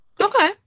Okay